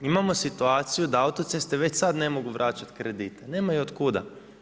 Imamo situaciju da autoceste već sada ne mogu vraćati kredite, nemaju otkuda.